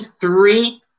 three